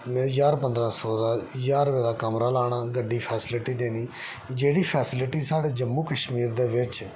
उ'नें ज्हार पंद्रह सौ दा ज्हार रपे दा कमरा लाना गड्डी फैसिलिटी देना जेह्ड़ी फैसिलिटी साढ़े जम्मू कश्मीर दे बिच